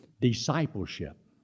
Discipleship